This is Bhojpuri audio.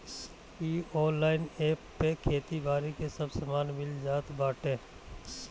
इ ऑनलाइन एप पे खेती बारी के सब सामान मिल जात बाटे